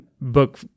book